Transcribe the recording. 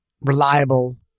reliable